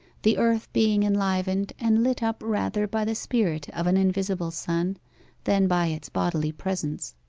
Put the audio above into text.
the earth being enlivened and lit up rather by the spirit of an invisible sun than by its bodily presence.